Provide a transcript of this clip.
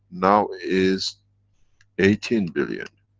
now is eighteen billion.